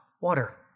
water